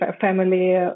family